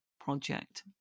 project